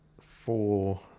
four